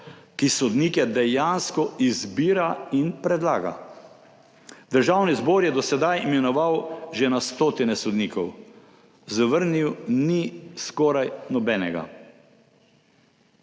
ki sodnike dejansko izbira in predlaga. Državni zbor je do sedaj imenoval že na stotine sodnikov, zavrnil ni skoraj nobenega.